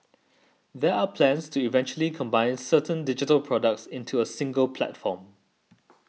there are plans to eventually combine certain digital products into a single platform